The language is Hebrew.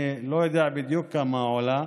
אני לא יודע בדיוק כמה היא עולה,